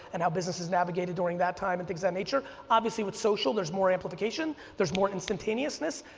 and how businesses navigated during that time and things that nature, obviously with social there's more amplification, there's more instantaneousness.